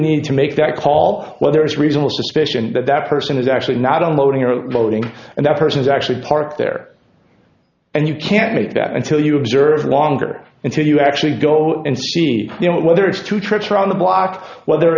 need to make that call whether it's reasonable suspicion that that person is actually not on loading or unloading and that person is actually parked there and you can't make that until you observe longer until you actually go and see you know whether it's two trips around the block whether